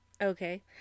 Okay